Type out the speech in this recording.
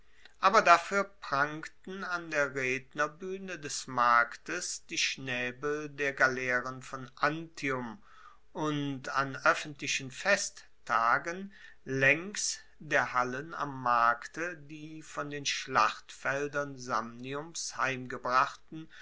aber dafuer prangten an der rednerbuehne des marktes die schnaebel der galeeren von antium und an oeffentlichen festtagen laengs der hallen am markte die von den schlachtfeldern